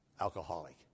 Alcoholic